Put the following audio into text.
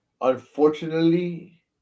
unfortunately